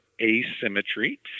asymmetry